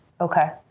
Okay